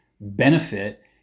benefit